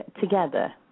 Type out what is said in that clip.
together